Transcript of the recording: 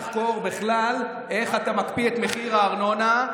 תחקור בכלל איך אתה מקפיא את מחיר הארנונה.